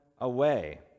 away